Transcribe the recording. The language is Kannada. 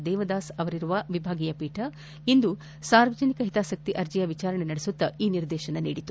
ದೇವದಾಸ್ ಅವರನ್ನೊಳಗೊಂಡ ವಿಭಾಗೀಯ ಪೀಠ ಇಂದು ಸಾರ್ವಜನಿಕ ಹಿತಾಸಕ್ತಿ ಅರ್ಜೆಯ ವಿಚಾರಣೆ ನಡೆಸಿ ಈ ನಿರ್ದೇಶನ ನೀಡಿದೆ